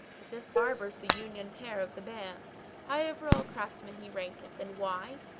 but this barber's the union pear of the band high over all craftsmen he ranketh, and why?